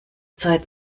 zeit